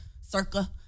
circa